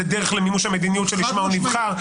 דרך למימוש המדיניות שלשמה הוא נבחר.